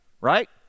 right